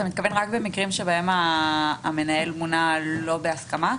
אתה מתכוון רק למקרים שהמנהל מונה לא בהסכמה?